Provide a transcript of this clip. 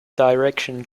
direction